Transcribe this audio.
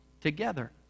together